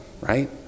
right